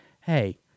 hey